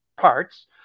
parts